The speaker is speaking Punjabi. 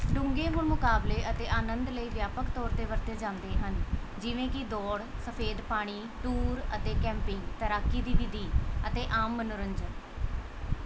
ਡੂੰਘੇ ਹੁਣ ਮੁਕਾਬਲੇ ਅਤੇ ਆਨੰਦ ਲਈ ਵਿਆਪਕ ਤੌਰ 'ਤੇ ਵਰਤੇ ਜਾਂਦੇ ਹਨ ਜਿਵੇਂ ਕਿ ਦੌੜ ਸਫ਼ੇਦ ਪਾਣੀ ਟੂਰ ਅਤੇ ਕੈਂਪਿੰਗ ਤੈਰਾਕੀ ਦੀ ਵਿਧੀ ਅਤੇ ਆਮ ਮਨੋਰੰਜਨ